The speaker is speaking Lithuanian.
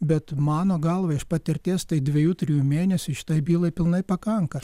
bet mano galva iš patirties tai dviejų trijų mėnesių šitai bylai pilnai pakanka